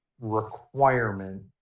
requirement